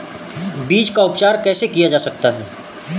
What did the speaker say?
बीज का उपचार कैसे किया जा सकता है?